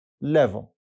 level